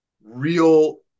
real